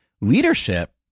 leadership